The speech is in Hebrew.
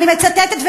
אני מצטטת,